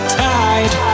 tide